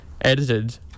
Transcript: edited